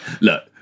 look